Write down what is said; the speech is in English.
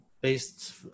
based